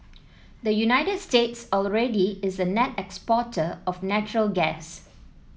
the United States already is a net exporter of natural gas